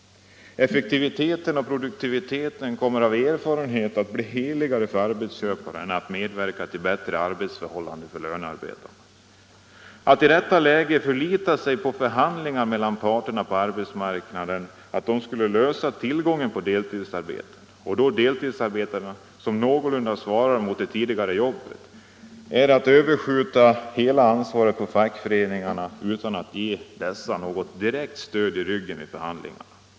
Effektiviteten och produktiviteten kommer av erfarenhet att vara heligare för arbetsköparna än att medverka till bättre arbetsförhållanden för lönarbetarna. Att i detta läge förlita sig på att förhandlingar mellan parterna på arbetsmarknaden skulle skapa tillgång på deltidsarbeten — och då deltidsarbeten som någorlunda svarar mot det tidigare jobbet — är att överskjuta ansvaret på fackföreningarna utan att ge dessa något direkt stöd i ryggen vid förhandlingarna.